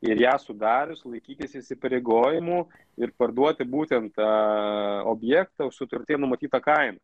ir ją sudarius laikytis įsipareigojimų ir parduoti būtent tą objektą už sutarty numatytą kainą